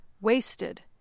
Wasted